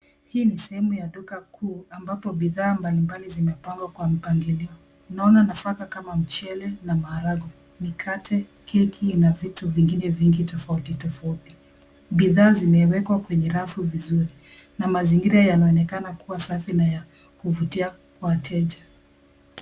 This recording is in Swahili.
Hii ni sehemu ya duka kuu ambapo bidhaa mbalimbali zimepangwa kwa mipangilio. Naona nafaka kama mchele na maharagwe, mikate, keki na vitu vingine vingi tofauti tofauti. Bidhaa zimewekwa kwenye rafu vizuri na mazingira yanaonekana kuwa safi na ya kuvutia kwa wateja.